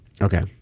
Okay